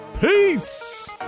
peace